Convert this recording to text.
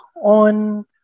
on